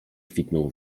kwitną